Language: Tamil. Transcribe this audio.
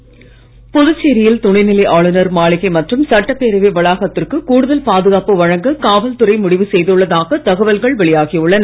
வாய்ஸ் புதுச்சேரியில் துணைநிலைஆளுனர்மாளிகைமற்றும்சட்டப்பேரவைவளாகத்திற்குகூடுத ல்பாதுகாப்புவழங்ககாவல்துறைமுடிவுசெய்துள்ளதாகதகவல்கள்வெளியா கிஉள்ளன